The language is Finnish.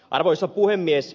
arvoisa puhemies